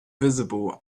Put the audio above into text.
visible